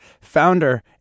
founder